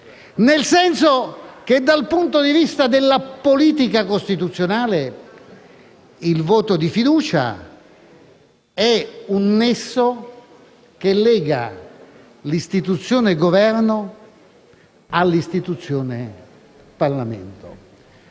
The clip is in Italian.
nel senso che, dal punto di vista della politica costituzionale, il voto di fiducia è un nesso che lega l'istituzione Governo all'istituzione Parlamento